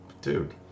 Dude